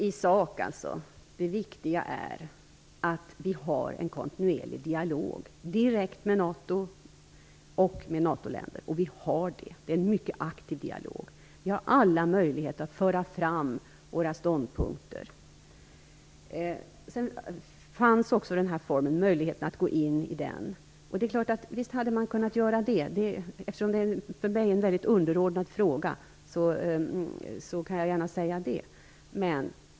I sak är det viktiga att vi har en kontinuerlig dialog direkt med NATO och med NATO-länder, och det har vi. Det är en mycket aktiv dialog där vi har alla möjligheter att föra fram våra ståndpunkter. Möjligheten fanns att gå in, visst hade man kunnat göra det. Eftersom det ändå för mig är en väldigt underordnad fråga kan jag gärna säga det.